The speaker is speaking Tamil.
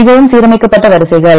மிகவும் சீரமைக்கப்பட்ட வரிசைகள்